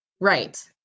Right